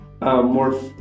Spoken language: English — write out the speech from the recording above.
more